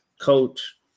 Coach